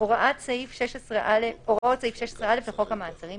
הוראות סעיף 16א לחוק המעצרים,